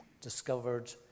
discovered